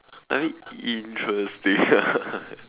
I mean interesting ah